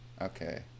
okay